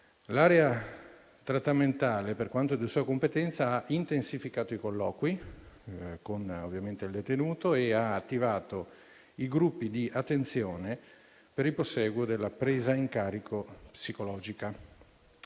L'area trattamentale, per quanto di sua competenza, ha intensificato i colloqui con il detenuto e ha attivato i gruppi di attenzione per il prosieguo della presa in carico psicologica.